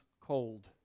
cold